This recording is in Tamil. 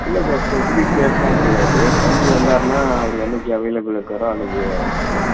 இல்லை சார் ஸ்பெஸிஃபிக் டேட்லாம் கிடையாது தம்பி வந்தார்னா அவர் என்றைக்கு அவைலப்பிளில் இருக்காரோ அன்னைக்கு வச்சிடலாம் சார்